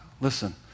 Listen